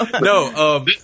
no